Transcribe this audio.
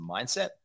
mindset